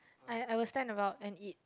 I I was stand around and eat